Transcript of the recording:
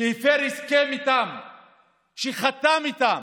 הפר הסכם שחתם איתם,